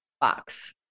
box